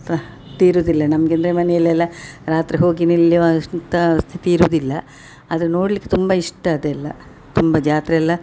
ಸ ತೀರುದಿಲ್ಲ ನಮಗೆ ಅಂದರೆ ಮನೆಯಲ್ಲೆಲ್ಲ ರಾತ್ರಿ ಹೋಗಿ ನಿಲ್ಲುವಷ್ ಅಂತ ಸ್ಥಿತಿ ಇರುದಿಲ್ಲ ಅದನ್ನ ನೋಡಲ್ಲಿಕ್ಕೆ ತುಂಬ ಇಷ್ಟ ಅದೆಲ್ಲ ತುಂಬ ಜಾತ್ರೆಯೆಲ್ಲ